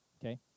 okay